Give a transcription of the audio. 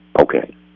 okay